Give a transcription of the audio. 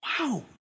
Wow